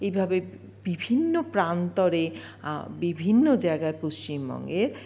এইভাবে বিভিন্ন প্রান্তরে বিভিন্ন জায়গায় পশ্চিমবঙ্গের